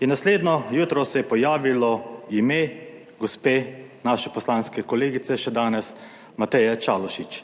in naslednje jutro se je pojavilo ime gospe, naše poslanske kolegice še danes, Mateje Čalušić.